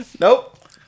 Nope